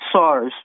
SARS